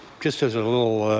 just as a little